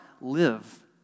live